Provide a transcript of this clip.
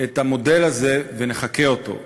את המודל הזה ונחקה אותו.